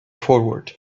forward